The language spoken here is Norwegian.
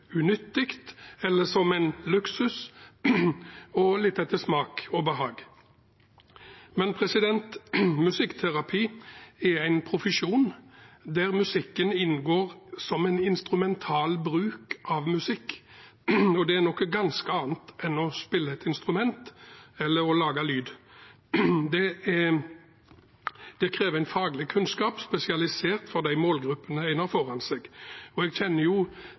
unyttig eller som en luksus, litt etter smak og behag. Men musikkterapi er en profesjon der musikken inngår som en instrumentell bruk av musikk, og det er noe ganske annet enn å spille et instrument eller å lage lyd. Det krever faglig kunnskap, spesialisert for de målgruppene en har foran seg. Jeg kjenner